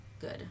good